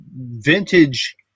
vintage